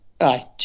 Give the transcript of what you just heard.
Aye